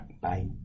Bye